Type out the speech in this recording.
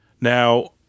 now